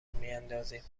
میاندازیم